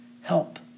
help